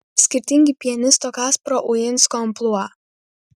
skirtingi pianisto kasparo uinsko amplua